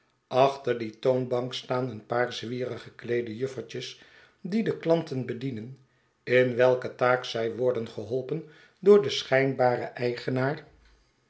achter die toonbank staan een paar zwierig gekleede juffertjes die de klanten bedienen in welke taak zij worden geholpen door den schijnharen eigenaar